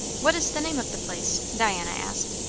what is the name of the place? diana asked.